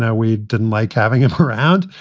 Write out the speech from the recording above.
yeah we didn't like having him around.